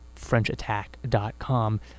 FrenchAttack.com